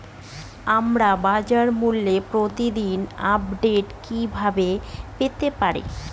আমরা বাজারমূল্যের প্রতিদিন আপডেট কিভাবে পেতে পারি?